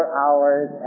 hours